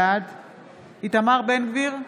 בעד איתמר בן גביר,